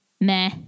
meh